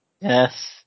Yes